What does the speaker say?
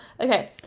Okay